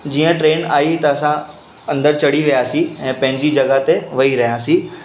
जीअं ट्रेन आई त असां अंदरि चढ़ी वियासीं ऐं पंहिंजी जॻहि ते वेई रहियासीं